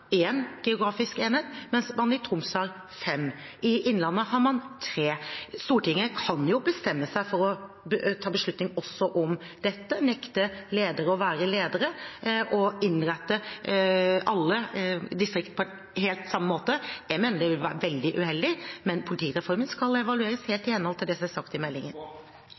geografisk enhet, mens man i Troms har fem. I Innlandet har man tre. Stortinget kan jo bestemme seg for å ta beslutning også om dette, nekte ledere å være ledere og innrette alle distrikter på helt samme måte – jeg mener det ville være veldig uheldig. Men politireformen skal evalueres, helt i henhold til det som er sagt i meldingen.